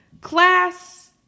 class